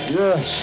yes